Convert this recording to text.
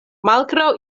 malgraŭ